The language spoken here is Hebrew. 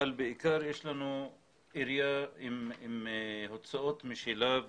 אבל בעיקר יש לנו עירייה עם הוצאות משלה,